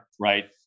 right